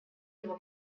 его